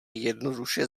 jednoduše